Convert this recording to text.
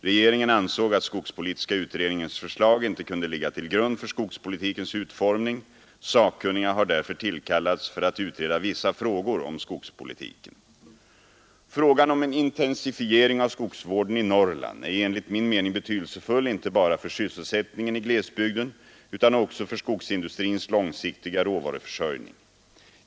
Regeringen ansåg att skogspolitiska utredningens förslag inte kunde ligga till grund för skogspolitikens utformning. Sakkunniga har därför tillkallats för att utreda vissa frågor inom skogspolitiken. Frågan om en intensifiering av skogsvården i Norrland är enligt min mening betydelsefull inte bara för sysselsättningen i glesbygden utan också för skogsindustrins långsiktiga råvaruförsörjning.